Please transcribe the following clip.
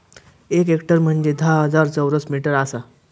एक हेक्टर म्हंजे धा हजार चौरस मीटर आसा